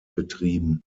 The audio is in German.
betrieben